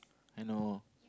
I know